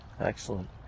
excellent